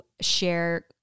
share